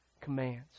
commands